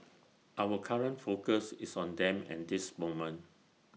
our current focus is on them at this moment